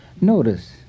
Notice